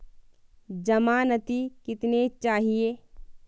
ज़मानती कितने चाहिये?